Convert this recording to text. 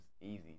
easy